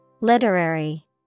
Literary